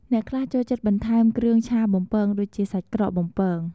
អ្នកខ្លះចូលចិត្តបន្ថែមគ្រឿងឆាបំពង ដូចជាសាច់ក្រកបំពង។